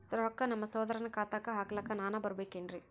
ರೊಕ್ಕ ನಮ್ಮಸಹೋದರನ ಖಾತಾಕ್ಕ ಹಾಕ್ಲಕ ನಾನಾ ಬರಬೇಕೆನ್ರೀ?